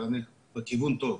והכיוון טוב,